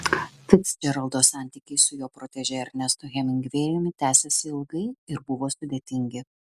ficdžeraldo santykiai su jo protežė ernestu hemingvėjumi tęsėsi ilgai ir buvo sudėtingi